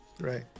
Right